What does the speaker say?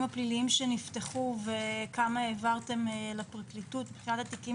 הפליליים שנפתחו וכמה העברתם לפרקליטות מבחינת התיקים